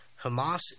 Hamas